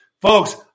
Folks